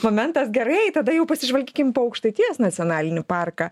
momentas gerai tada jau pasižvalgykim po aukštaitijos nacionalinį parką